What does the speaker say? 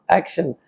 action